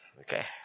Okay